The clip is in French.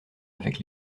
avec